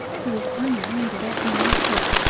who was only wounded at nine o'clock.